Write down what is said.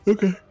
Okay